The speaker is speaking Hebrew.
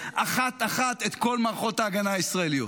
אחת-אחת את כל מערכות ההגנה הישראליות.